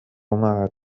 معك